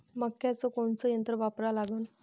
मक्याचं कोनचं यंत्र वापरा लागन?